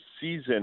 season